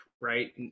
right